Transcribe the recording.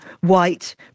white